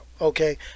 Okay